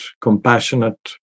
compassionate